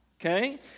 okay